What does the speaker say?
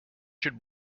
should